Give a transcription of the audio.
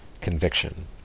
conviction